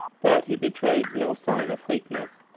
but he betrayed no sign of weakness.